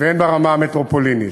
והן ברמה המטרופולינית.